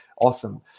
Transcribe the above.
awesome